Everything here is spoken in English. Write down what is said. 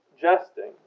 jesting